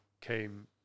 came